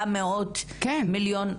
כן.